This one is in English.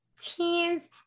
teens